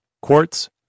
Quartz